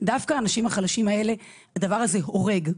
האנשים החלשים האלה הוא יכול להרוג.